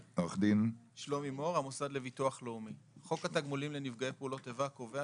חוק התגמולים לנפגעי פעולות איבה קובע,